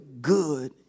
good